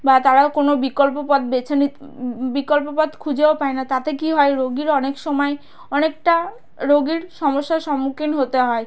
বা তারাও কোনো বিকল্প পথ বেছে নি বিকল্প পথ খুঁজেও পায় না তাতে কী হয় রোগীরা অনেক সময় অনেকটা রোগের সমস্যার সম্মুখীন হতে হয়